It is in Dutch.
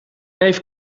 neef